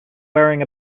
wearing